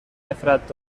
نفرت